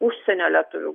užsienio lietuvių